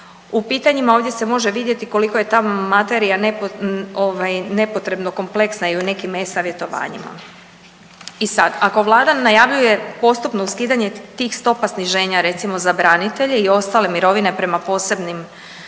u pitanjima ovdje se može vidjeti koliko je ta materija nepotrebno kompleksna i u nekim e-savjetovanjima. I sad ako Vlada najavljuje postupno skidanje tih stopa sniženja recimo za branitelje i ostale mirovine prema posebnim